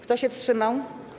Kto się wstrzymał?